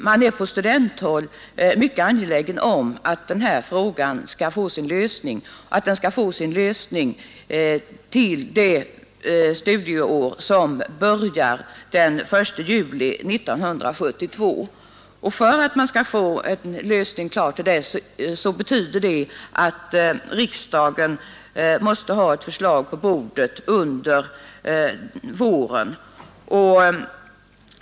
Man är på studenthåll mycket angelägen om att den här frågan skall få sin lösning till det studieår som börjar den 1 juli 1972. En förutsättning härför är att riksdagen har ett förslag på bordet under våren.